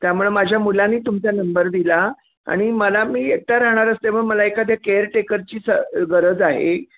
त्यामुळे माझ्या मुलाने तुमचा नंबर दिला आणि मला मी एकटा राहणार असल्यामुळे मला एखाद्या केअरटेकरची स गरज आहे